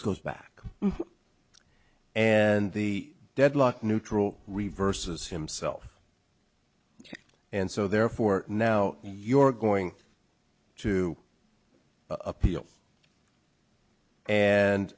goes back and the deadlock neutral reverses himself and so therefore now you're going to appeal and